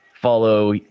follow